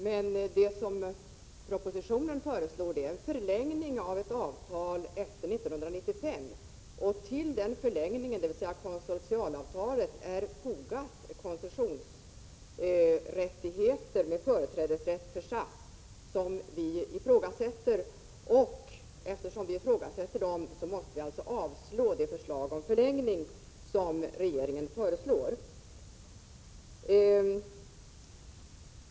Men i propositionen föreslås en förlängning av konsortialavtalet efter 1995, och eftersom till konsortialavtalet är fogade koncessionsrättigheter med en företrädesrätt för SAS som vi ifrågasätter förlängs även dessa. Eftersom vi ifrågasätter denna, måste vi gå emot det förslag om förlängning som regeringen har lagt fram.